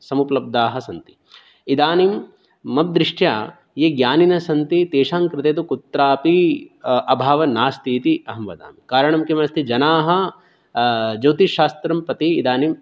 समुपलब्धाः सन्ति इदानीं मद्दृष्ट्या ये ज्ञानिनः सन्ति तेषाङ्कृते तु कुत्रापि अभावः नास्ति इति अहं वदामि कारणं किमस्ति जनाः ज्योतिश्शास्त्रं प्रति इदानीं